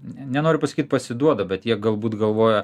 nenoriu pasakyt pasiduoda bet jie galbūt galvoja